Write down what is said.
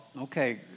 okay